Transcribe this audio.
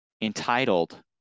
entitled